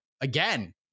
again